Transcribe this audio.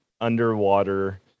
underwater